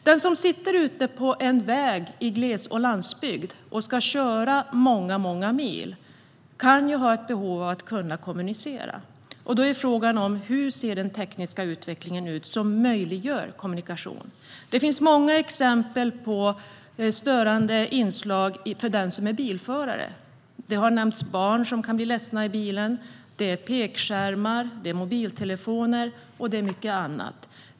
Den som sitter ute på vägen i gles och landsbygden och ska köra många mil kan ha ett behov av att kunna kommunicera. Då är frågan hur den tekniska utvecklingen ser ut som kan göra det möjligt att kommunicera. Det finns många exempel på störande inslag för den som är bilförare. Det har nämnts ledsna barn i bilen, pekskärmar, mobiltelefoner och mycket annat.